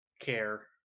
care